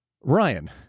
Ryan